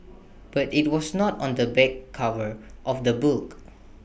but IT was not on the back cover of the book